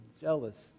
jealous